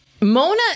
mona